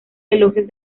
elogios